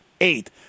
eight